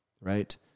right